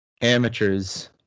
amateurs